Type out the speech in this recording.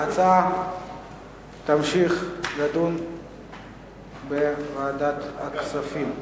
ההצעה תמשיך להידון בוועדת הכספים.